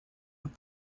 und